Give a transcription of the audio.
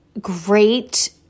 great